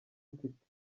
mfite